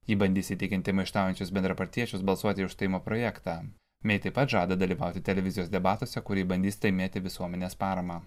ji bandys įtikinti maištaujančius bendrapartiečius balsuoti už išstojimo projektą mei taip pat žada dalyvauti televizijos debatuose kur ji bandys laimėti visuomenės paramą